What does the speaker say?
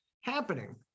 happening